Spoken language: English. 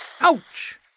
Ouch